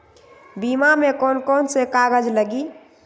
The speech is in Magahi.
बीमा में कौन कौन से कागज लगी?